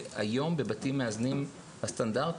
שלא ניתנים היום בבתים המאזנים הסטנדרטיים,